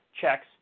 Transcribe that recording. checks